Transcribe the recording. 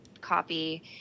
copy